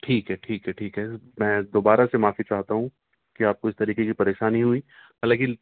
ٹھیک ہے ٹھیک ہے ٹھیک ہے میں دوبارہ سے معافی چاہتا ہوں کہ آپ کو اس طریقے کی پریشانی ہوئی حالانکہ